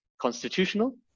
constitutional